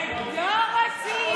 לא רוצים.